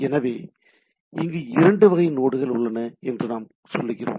எனவே இங்கு இரண்டு வகை நோடுகள் உள்ளன என்று நாம் சொல்லுகிறோம்